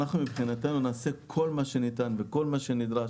אנחנו נעשה כל מה שניתן וכל מה שנדרש,